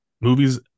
movies